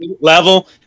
level